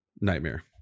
nightmare